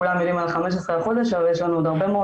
כולם יודעים על ה-15 לחודש אבל יש לנו עוד הרבה מאוד